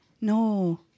no